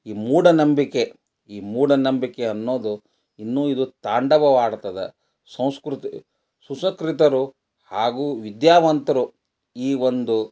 ಈ ಮೂಢನಂಬಿಕೆ ಈ ಮೂಢನಂಬಿಕೆ ಅನ್ನೋದು ಇನ್ನೂ ಇದು ತಾಂಡವವಾಡ್ತದೆ ಸಂಸ್ಕೃತಿ ಸುಸಂಸ್ಕೃತರು ಹಾಗೂ ವಿದ್ಯಾವಂತರು ಈ ಒಂದು